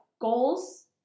goals